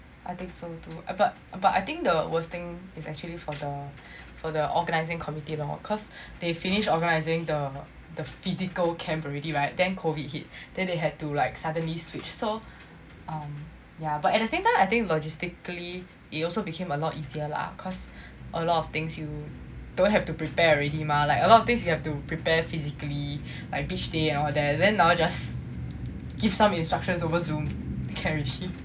I think so too but but I think the worst thing is actually for the for the organising committee lor cause they finish organizing the the physical camp already right then COVID hit then they had to like suddenly switch so um yeah but at the same time I think logistically it also became a lot easier lah cause a lot of things you don't have to prepare already mah like a lot of things you have to prepare physically like beach day and all that then now just give some instructions over Zoom can already